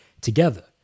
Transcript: together